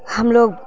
ہم لوگ